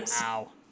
Wow